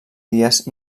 dies